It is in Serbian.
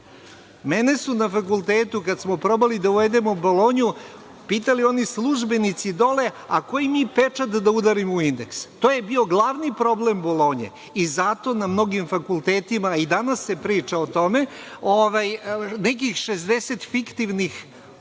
Mene su na fakultetu, kada smo probali da uvedemo Bolonju, pitali oni službenici dole – a koji mi pečat da udarimo u indeks? To je bio glavni problem Bolonje i zato na mnogim fakultetima se i danas priča o tome. Nekih 60 fiktivnih bodova